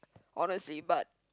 honestly but